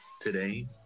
Today